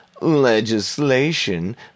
legislation